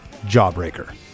Jawbreaker